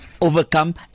overcome